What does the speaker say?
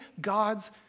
God's